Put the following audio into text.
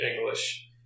English